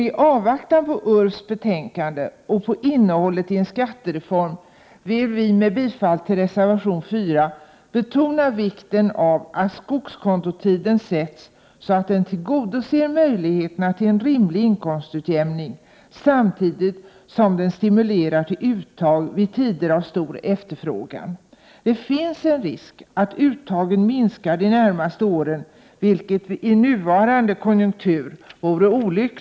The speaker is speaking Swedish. I avvaktan på URF:s betänkande och på innehållet i en skattereform, vill vi med bifall till reservation 4 betona vikten av att skogskontotiden sätts så att den tillgodoser möjligheterna till en rimlig inkomstutjämning, samtidigt som den stimulerar till uttag vid tider av stor efterfrågan. Det finns en risk att uttagen minskar de närmaste åren, vilket i nuvarande konjunktur vore olyckligt.